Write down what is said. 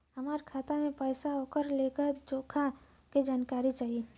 हमार खाता में पैसा ओकर लेखा जोखा के जानकारी चाही?